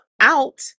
Out